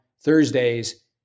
Thursdays